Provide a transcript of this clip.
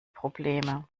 probleme